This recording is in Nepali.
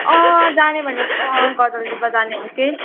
अँ जाने भनेको अँ गजलडुबा जाने हो कि